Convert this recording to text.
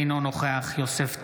אינו נוכח יוסף טייב,